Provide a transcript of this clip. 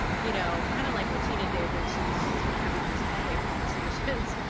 you know kind of like what tina did when she was sort of having these hallway conversations.